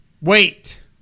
wait